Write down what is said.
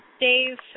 Dave